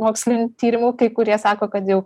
mokslinių tyrimų kai kurie sako kad jau